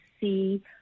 see